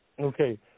Okay